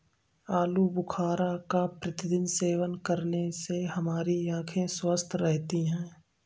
आलू बुखारा का प्रतिदिन सेवन करने से हमारी आंखें स्वस्थ रहती है